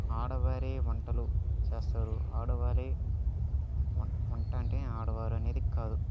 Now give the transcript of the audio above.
ఆడవేరే వంటలు చేస్తారు ఆడవారే వన్ వంట అంటే ఆడవారనేది కాదు